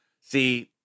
See